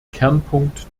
kernpunkt